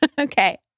Okay